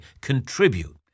contribute